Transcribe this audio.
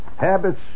habits